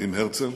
עם הרצל,